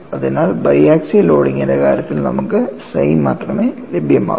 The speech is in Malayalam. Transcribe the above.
അതിനാൽ ബൈ ആക്സിയൽ ലോഡിംഗിന്റെ കാര്യത്തിൽ നമുക്ക് psi മാത്രമേ ലഭ്യമാകൂ